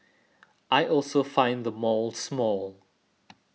I also find the mall small